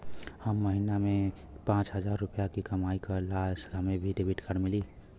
हम महीना में पाँच हजार रुपया ही कमाई ला हमे भी डेबिट कार्ड मिली?